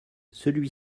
celui